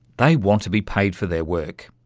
they want to be paid for their work.